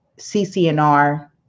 CCNR